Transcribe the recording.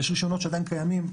יש רישיונות שעדיין קיימים,